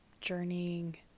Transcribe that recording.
journeying